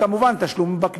כמובן יחד עם תשלום בכניסה,